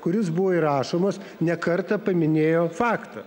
kuris buvo įrašomas ne kartą paminėjo faktą